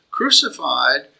crucified